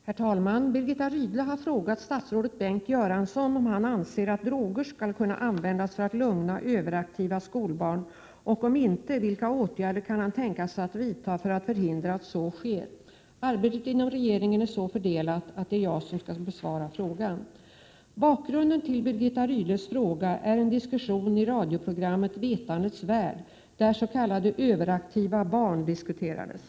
Herr talman! Birgitta Rydle har frågat statsrådet Bengt Göransson om han anser att droger skall kunna användas för att lugna överaktiva skolbarn och, ominte, vilka åtgärder han kan tänka sig att vidta för att förhindra att så sker. Arbetet inom regeringen är så fördelat att det är jag som skall besvara frågan. Bakgrunden till Birgitta Rydles fråga är en diskussion i radioprogrammet = Prot. 1987/88:116 Vetandets värld där s.k. överaktiva barn diskuterades.